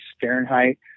Fahrenheit